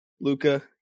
Luca